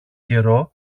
καιρό